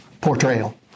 portrayal